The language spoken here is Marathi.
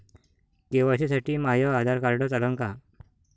के.वाय.सी साठी माह्य आधार कार्ड चालन का?